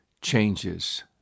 changes